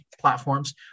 platforms